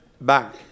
back